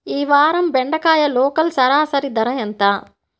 ఈ వారం బెండకాయ లోకల్ సరాసరి ధర ఎంత?